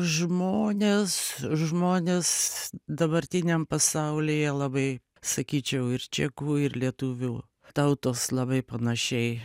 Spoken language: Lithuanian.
žmonės žmonės dabartiniam pasaulyje labai sakyčiau ir čekų ir lietuvių tautos labai panašiai